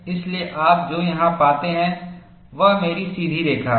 इसलिए आप जो यहां पाते हैं वह मेरी सीधी रेखा है